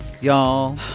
Y'all